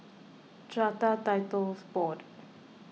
Strata Titles Board